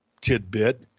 tidbit